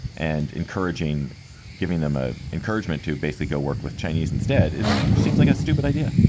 and encouraging giving them ah encouragement to basically go work with chinese instead is seems like a stupid idea,